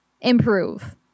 improve